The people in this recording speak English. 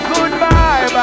Goodbye